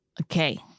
Okay